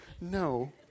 No